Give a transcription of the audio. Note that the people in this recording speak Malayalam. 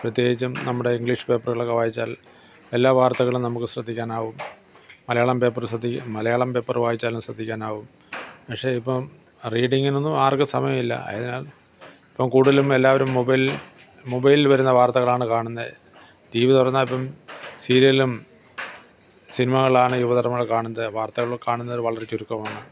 പ്രത്യേകിച്ചും നമ്മുടെ ഇംഗ്ലീഷ് പേപ്പറുകളൊക്കെ വായിച്ചാൽ എല്ലാ വാർത്തകളും നമുക്ക് ശ്രദ്ധിക്കാനാവും മലയാളം പേപ്പർ ശ്രദ്ധിക്കുക മലയാളം പേപ്പറ് വായിച്ചാലും ശ്രദ്ധിക്കാനാവും പക്ഷേ ഇപ്പം റീഡിങിനൊന്നും ആർക്കും സമയമില്ല ആയതിനാൽ ഇപ്പം കൂടുതലും എല്ലാവരും മൊബൈൽ മൊബൈൽ വരുന്ന വാർത്തകളാണ് കാണുന്നത് ടി വി തുറന്നാൽ ഇപ്പം സീരിയലും സിനിമകളാണ് യുവതലമുറ കാണുന്നത് വാർത്തകൾ കാണുന്നവർ വളരെ ചുരുക്കമാണ്